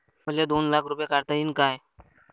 मले दोन लाख रूपे काढता येईन काय?